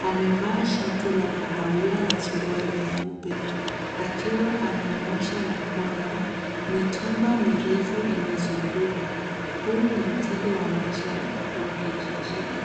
amevaa shati la kahawia na suruali nyeupe, akiwa amenyoosha mikono, mitumba mirefu imezunguka huu ni mtindo wa maisha ya wakijijini.